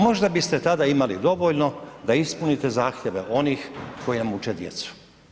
Možda biste tada imali dovoljno da ispunite zahtjeve onih koji uče djecu.